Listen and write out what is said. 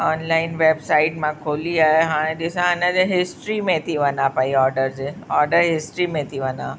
online website मां खोली आहे हाणे ॾिसां हिन जे हिस्ट्री में थी वञा पई ऑर्डर जे ऑर्डर हिस्ट्री में थी वञा